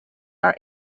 are